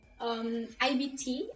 IBT